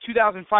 2005